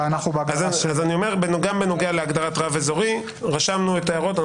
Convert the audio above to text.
גם בנוגע להגדרת רב אזורי רשמנו את ההערות,